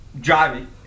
driving